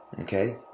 Okay